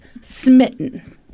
smitten